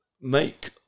make